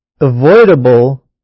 avoidable